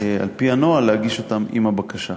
על-פי הנוהל, להגיש אותם עם הבקשה.